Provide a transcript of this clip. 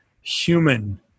human